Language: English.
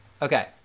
Okay